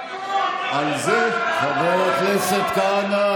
חבר הכנסת כהנא,